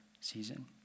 season